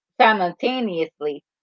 simultaneously